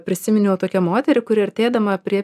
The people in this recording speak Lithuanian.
prisiminiau tokią moterį kuri artėdama prie